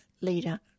leader